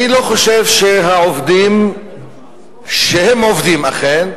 אני לא חושב שהעובדים שהם עובדים אכן,